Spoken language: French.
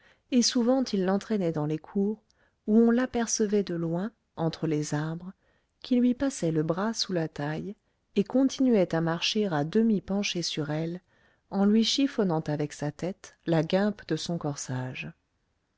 et souvent il l'entraînait dans les cours où on l'apercevait de loin entre les arbres qui lui passait le bras sous la taille et continuait à marcher à demi penché sur elle en lui chiffonnant avec sa tête la guimpe de son corsage